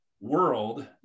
world